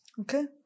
Okay